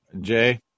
Jay